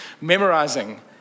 memorizing